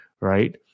Right